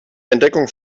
entdeckung